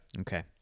Okay